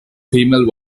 female